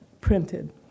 printed